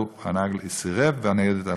הנהג סירב, והניידת נסעה.